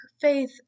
faith